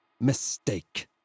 mistake